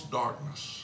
darkness